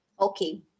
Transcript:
okay